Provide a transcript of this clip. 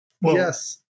Yes